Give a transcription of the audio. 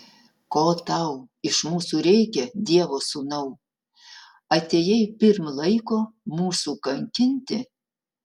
ko tau iš mūsų reikia dievo sūnau atėjai pirm laiko mūsų kankinti